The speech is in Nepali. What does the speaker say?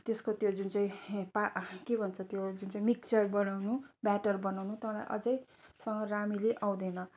त्यसको त्यो जुन चाहिँ पा के भन्छ त्यो जुन चाहिँ मिक्सचर बनाउनु त्यो ब्याटर बनाउनु तर अझैसम्म राम्ररी आउँदैन